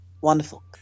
Wonderful